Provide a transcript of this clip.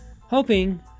hoping